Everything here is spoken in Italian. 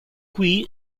qui